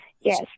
Yes